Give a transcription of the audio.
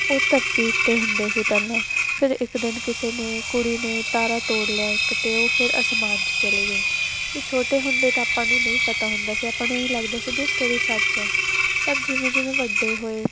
ਉਹ ਧਰਤੀ ਉੱਤੇ ਹੁੰਦੇ ਸੀ ਪਹਿਲਾਂ ਫਿਰ ਇੱਕ ਦਿਨ ਕਿਸੇ ਨੇ ਕੁੜੀ ਨੇ ਤਾਰਾ ਤੋੜ ਲਿਆ ਇੱਕ ਤੇ ਉਹ ਫਿਰ ਅਸਮਾਨ 'ਚ ਚਲੇ ਗਏ ਵੀ ਛੋਟੇ ਹੁੰਦੇ ਤਾਂ ਆਪਾਂ ਨੂੰ ਨਹੀਂ ਪਤਾ ਹੁੰਦਾ ਸੀ ਆਪਾਂ ਨੂੰ ਇਹ ਲੱਗਦਾ ਸੀ ਵੀ ਸਟੋਰੀ ਸੱਚ ਪਰ ਜਿਵੇਂ ਜਿਵੇਂ ਵੱਡੇ ਹੋਏ